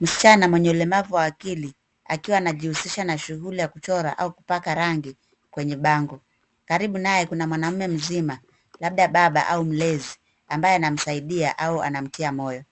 Msichana mwenye ulemavu wa akili akiwa anajihusisha na shughuli ya kuchora au kupaka rangi kwenye bango. Karibu naye kuna mwanauwe mzima, labda baba au mlezi, ambaye anamsaidia au anamtia moyo.